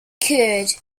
curd